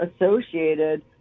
associated